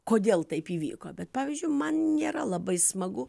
kodėl taip įvyko bet pavyzdžiui man nėra labai smagu